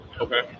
Okay